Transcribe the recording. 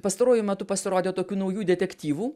pastaruoju metu pasirodė tokių naujų detektyvų